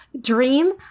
dream